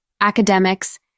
academics